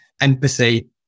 empathy